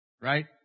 Right